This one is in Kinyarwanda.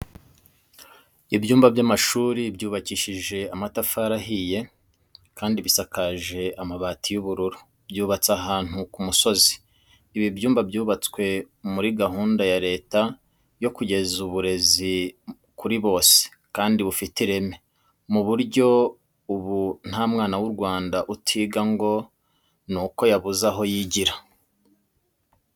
Ibyumba by'amashuri byubakishije amatafari ahiye, kandi bisakaje amabati y'ubururu, byubatse ahantu ku musozi. Ibi byumba byubatswe muri gahunda ya Leta yo kugeza uburezi kuri bose kandi bufite ireme ku buryo ubu nta mwana w'u Rwanda utiga ngo ni uko yabuze aho yigira.